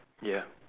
yeah